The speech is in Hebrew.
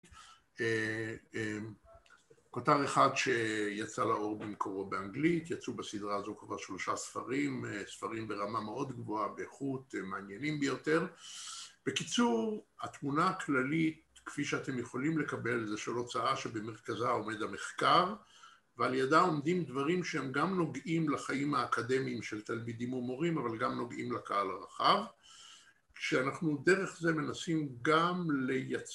כותר אחד שיצא לאור במקורו באנגלית, יצאו בסדרה הזו כבר שלושה ספרים, ספרים ברמה מאוד גבוהה באיכות, מעניינים ביותר. בקיצור, התמונה הכללית, כפי שאתם יכולים לקבל, זה של הוצאה שבמרכזה עומד המחקר, ועל ידה עומדים דברים שהם גם נוגעים לחיים האקדמיים של תלמידים ומורים, אבל גם נוגעים לקהל הרחב, כשאנחנו דרך זה מנסים גם לייצא.